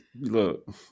look